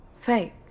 Fake